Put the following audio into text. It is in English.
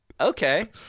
okay